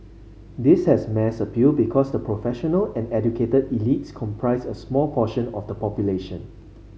this has mass appeal because the professional and educated elites comprise a small portion of the population